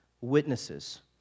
witnesses